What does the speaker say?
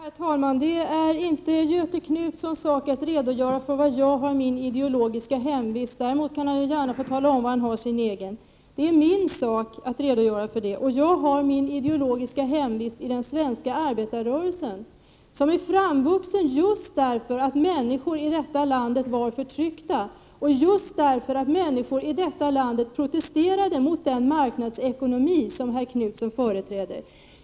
Herr talman! Det är inte Göthe Knutsons sak att redogöra för var jag har min ideologiska hemvist. Däremot kan han gärna få tala om, var han har sin egen hemvist. Det är min sak att redogöra för var jag hör hemma, och jag har min ideologiska hemvist i den svenska arbetarrörelsen, som växte fram just därför att människor i detta land var förtryckta och protesterade mot den marknadsekonomi som herr Knutson företräder.